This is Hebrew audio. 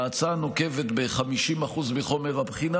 ההצעה נוקבת ב-50% מחומר הבחינה.